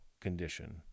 condition